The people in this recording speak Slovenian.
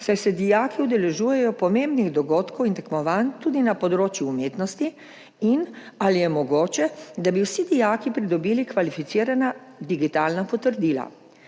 saj se dijaki udeležujejo pomembnih dogodkov in tekmovanj tudi na področju umetnosti, in ali je mogoče, da bi vsi dijaki pridobili kvalificirana digitalna potrdila.